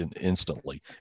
instantly